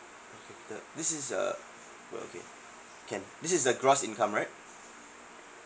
this is uh well okay can this is the gross income right